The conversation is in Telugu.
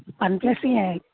వన్ ప్లస్సే